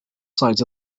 sides